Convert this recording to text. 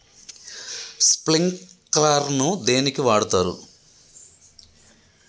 Sprinkler ను దేనికి వాడుతరు?